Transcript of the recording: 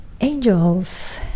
Angels